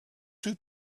two